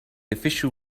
official